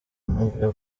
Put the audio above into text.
mpamvu